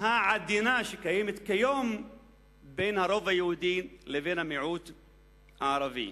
העדינה שקיימת בין הרוב היהודי למיעוט הערבי.